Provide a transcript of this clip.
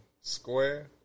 square